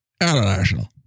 international